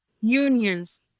unions